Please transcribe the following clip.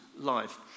life